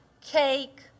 cake